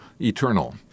eternal